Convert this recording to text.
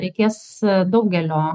reikės daugelio